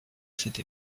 cette